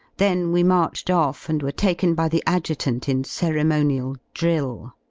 then we marched off and were taken by the adjutant in ceremonial drill.